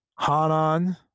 Hanan